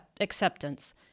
acceptance